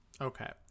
Okay